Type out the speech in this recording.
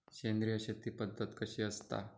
सेंद्रिय शेती पद्धत कशी असता?